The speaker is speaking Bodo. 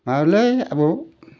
मालै आबौ